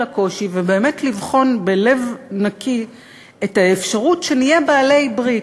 הקושי ובאמת לבחון בלב נקי את האפשרות שנהיה בעלי-ברית,